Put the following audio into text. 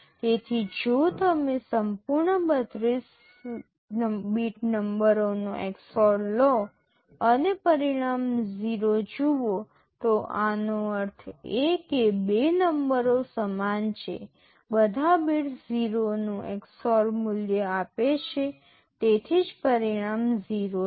તેથી જો તમે સંપૂર્ણ 32 બીટ નંબરોનો XOR લો અને પરિણામ 0 જુઓ તો આનો અર્થ એ કે બે નંબરો સમાન છે બધા બિટ્સ 0 નું XOR મૂલ્ય આપે છે તેથી જ પરિણામ 0 છે